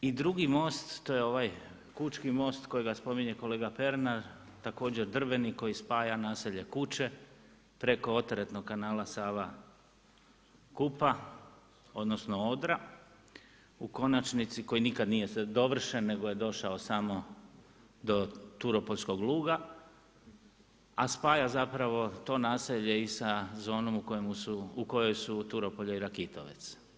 I drugi most to je ovaj Kučki most kojega spominje kolega Pernar također drveni koji spaja naselje Kuče preko oteretnog kanala Sava – Kupa odnosno Odra, u konačnici koji nikada nije dovršen, nego je došao samo do turopoljskog Luga, a spaja zapravo to naselje i sa zonom u kojoj su Turopolje i Rakitovec.